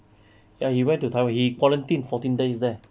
ya he went to taiwan he quarantine fourteen days there